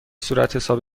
صورتحساب